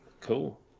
Cool